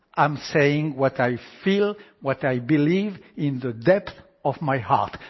i'm saying what i feel, what i believe in the depth of my heart.